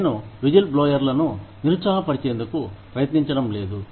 నేను విజిల్ బ్లోయర్లను నిరుత్సాహపరిచేందుకు ప్రయత్నించడం లేదు